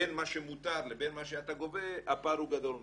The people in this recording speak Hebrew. בין מה שמותר לבין מה שאתה גובה הפער הוא גדול מאוד.